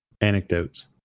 anecdotes